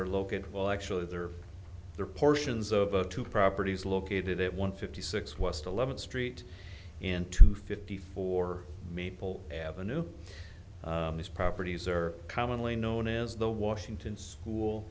are located well actually there are portions of two properties located at one fifty six west eleventh street and two fifty four maple avenue these properties are commonly known as the washington school